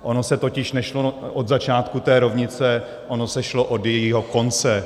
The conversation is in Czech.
Ono se totiž nešlo od začátku té rovnice, ono se šlo od jejího konce.